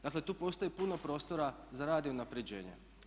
Dakle, tu postoji puno prostora za rad i unapređenje.